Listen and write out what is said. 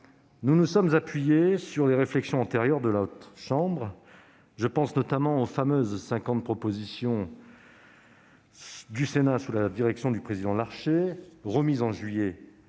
nous nous sommes appuyés sur les réflexions antérieures de la Haute Chambre. Je pense notamment aux fameuses 50 propositions du Sénat, qui ont été formulées sous la direction du président Larcher et remises au mois